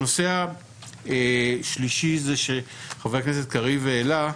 הנושא השלישי הוא הנושא שחבר הכנסת קריב העלה.